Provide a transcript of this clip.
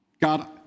God